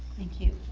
thank you.